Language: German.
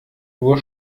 nur